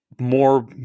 more